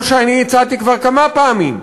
כמו שאני הצעתי כבר כמה פעמים,